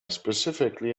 specifically